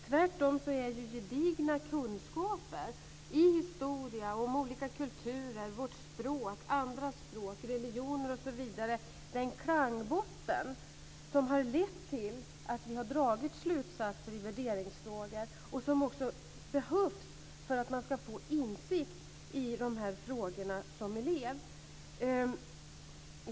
Tvärtom är ju gedigna kunskaper i historia, om olika kulturer, vårt språk, andras språk, religioner osv. den klangbotten som har lett till att vi har dragit slutsatser i värderingsfrågor och som också behövs för att man ska få insikt i de här frågorna som elev.